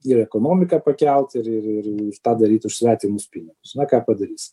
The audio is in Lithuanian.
ir ekonomiką pakelt ir ir ir ir tą daryt už svetimus pinigus na ką padarysi